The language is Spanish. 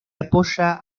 apoya